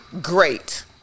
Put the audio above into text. great